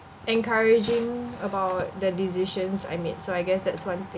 encouraging about the decisions I made so I guess that's one